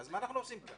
אז מה אנחנו עושים כאן?